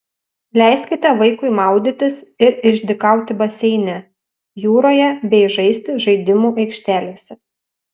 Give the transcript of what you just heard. leiskite vaikui maudytis ir išdykauti baseine jūroje bei žaisti žaidimų aikštelėse